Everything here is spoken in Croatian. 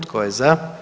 Tko je za?